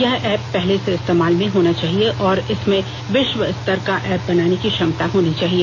यह ऐप्प पहले से इस्तेमाल में होना चाहिए और इसमें विश्व स्तर का एप बनाने की क्षमता होनी चाहिए